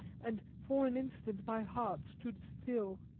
and for an instant my heart stood still.